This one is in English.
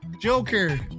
Joker